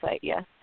yes